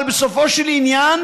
אבל בסופו של עניין